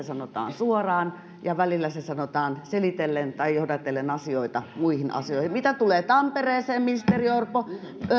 sanotaan suoraan ja välillä se sanotaan selitellen tai johdatellen asioita muihin asioihin mitä tulee tampereeseen ministeri orpo